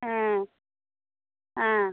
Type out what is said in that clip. ஆ ஆ